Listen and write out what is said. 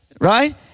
Right